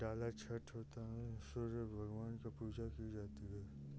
डाला छठ होता है सूर्य भगवान के पूजा की जाती है